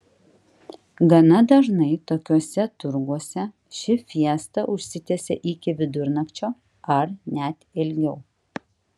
gana dažnai tokiuose turguose ši fiesta užsitęsia iki vidurnakčio ar net ilgiau